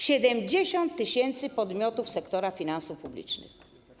70 tys. podmiotów sektora finansów publicznych.